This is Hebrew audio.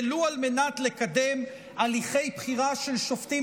ולו על מנת לקדם הליכי בחירה של שופטים